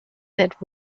that